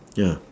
ya